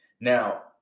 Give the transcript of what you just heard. Now